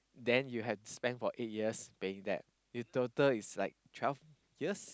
then you have to spend for eight years paying that in total it's like twelve years